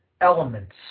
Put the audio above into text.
elements